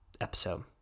episode